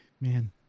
man